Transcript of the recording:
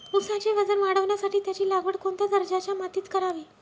ऊसाचे वजन वाढवण्यासाठी त्याची लागवड कोणत्या दर्जाच्या मातीत करावी?